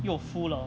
又 full 了